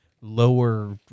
lower